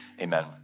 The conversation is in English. Amen